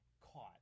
caught